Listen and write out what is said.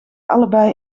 allebei